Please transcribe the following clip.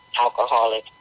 alcoholic